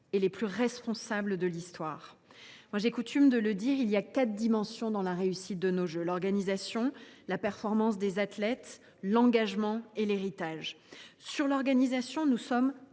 et les plus responsables de l’histoire. Comme j’ai coutume de dire, il y a quatre dimensions dans la réussite des jeux : l’organisation, la performance des athlètes, l’engagement et l’héritage. En ce qui concerne l’organisation, nous sommes